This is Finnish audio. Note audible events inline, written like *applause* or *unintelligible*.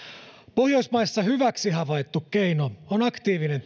pohjoismaissa hyväksi havaittu keino on aktiivinen *unintelligible*